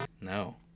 No